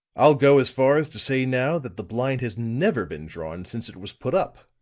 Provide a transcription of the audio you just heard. i'll go as far as to say, now, that the blind has never been drawn since it was put up.